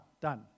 done